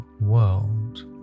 world